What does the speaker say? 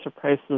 prices